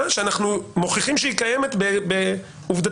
שאנחנו מוכיחים שהיא קיימת עובדתית.